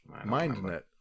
MindNet